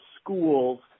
schools